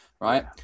right